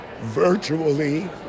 virtually